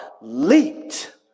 leaped